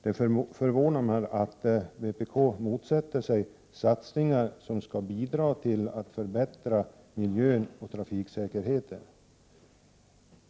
Det förvånar mig att vpk motsätter sig satsningar som skall bidra till att förbättra miljön och trafiksäkerheten.